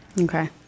Okay